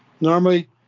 normally